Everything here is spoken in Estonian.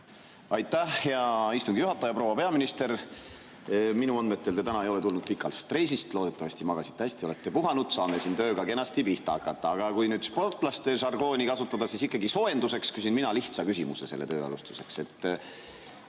Aitäh, hea istungi juhataja! Proua peaminister! Minu andmetel te täna ei ole tulnud pikalt reisilt, loodetavasti magasite hästi ja olete puhanud, saame tööga kenasti pihta hakata. Aga kui nüüd sportlaste žargooni kasutada, siis ikkagi soojenduseks küsin mina lihtsa küsimuse töö alustuseks.